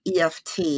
EFT